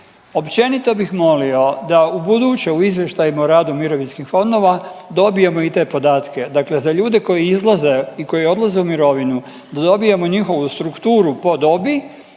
Općenito bih molio da ubuduće u izvještajima o radu mirovinskih fondova dobijemo i te podatke, dakle za ljude koji izlaze i koji odlaze u mirovinu da dobijemo njihovu strukturu po dobi,